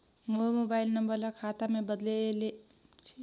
मोर mobile number ल खाता मे बदले बर हे कइसे करव?